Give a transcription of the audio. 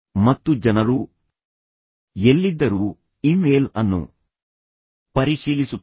ಮತ್ತು ಜನರು ಎಲ್ಲಿದ್ದರೂ ಇಮೇಲ್ ಅನ್ನು ಪರಿಶೀಲಿಸುತ್ತಾರೆ